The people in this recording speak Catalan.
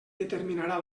determinarà